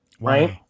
Right